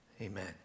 Amen